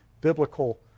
biblical